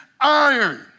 iron